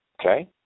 okay